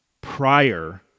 prior